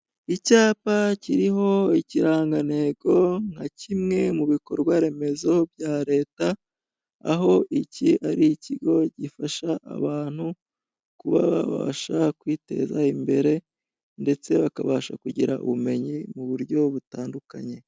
Icyapa kiriho ikirangantego nka kimwe mu bikorwa remezo bya Leta, aho iki ari ikigo gifasha abantu kuba babasha kwiteza imbere, ndetse bakabasha kugira ubumenyi mu buryo butandukanye.